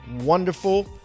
wonderful